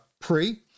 pre